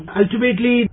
ultimately